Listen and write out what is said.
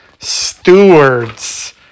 stewards